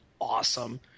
awesome